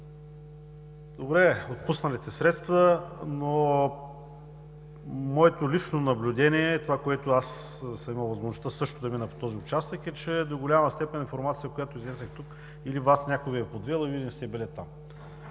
добре, отпуснали сте средства, но моето лично наблюдение, аз съм имал възможността също да мина по този участък, е, че до голяма степен от информацията, която изнесохте тук, или Вас някой Ви е подвел, или не сте били там.